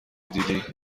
دیدی